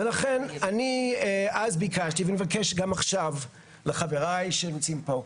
ולכן אני אז ביקשתי ומבקש גם עכשיו מחברי שנמצאים פה,